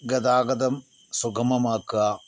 ഗതാഗതം സുഗമമാക്കുക